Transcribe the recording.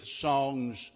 songs